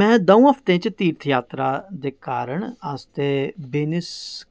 मैं द'ऊं हफ्तें च तीर्थयात्रा दे कारण आस्तै वेनिस